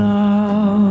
now